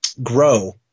Grow